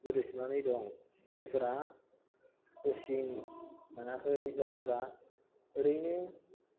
गोदोसोनानै दं जायफोरा कचिं मोनाखै जायफोरा ओरैनो